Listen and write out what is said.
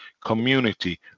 community